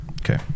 Okay